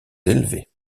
élevée